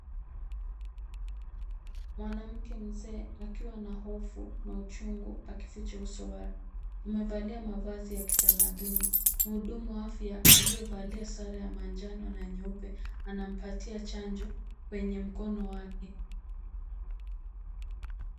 Mwanamke mzee akiwa na hofu na uchungu akificha uso wake amevalia mavazi ya kitamaduni. Mhudumu afya aliyevalia sare ya manjano na nyeupe anampatia chanjo kwenye mkono wake.